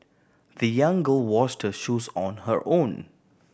the young girl washed shoes on her own